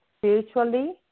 spiritually